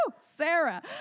Sarah